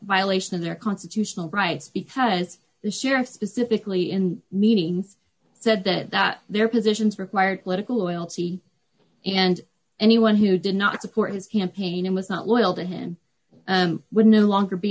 violation of their constitutional rights because the sheriff specifically in meetings said that that their positions required political loyalty and anyone who did not support his campaign and was not loyal to him would no longer be